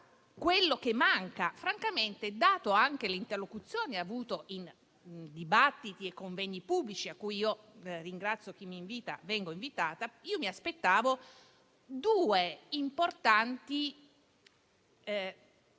quello che manca, data anche l'interlocuzione avuta in dibattiti e convegni pubblici a cui - ringrazio chi mi invita - vengo invitata. Io mi aspettavo due importanti articoli